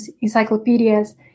encyclopedias